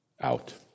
out